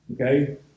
Okay